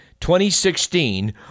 2016